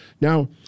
Now